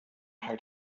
how